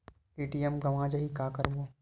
ATM गवां जाहि का करबो?